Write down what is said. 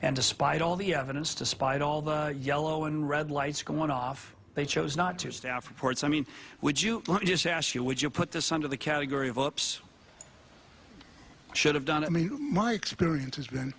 and despite all the evidence despite all the yellow and red lights going off they chose not to staff reports i mean would you want to just ask you would you put this under the category of ups should have done i mean my experience has been